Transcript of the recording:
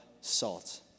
salt